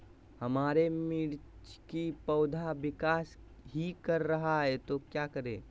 हमारे मिर्च कि पौधा विकास ही कर रहा है तो क्या करे?